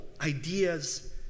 ideas